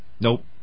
Nope